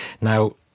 Now